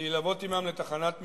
להילוות עמם לתחנת משטרה,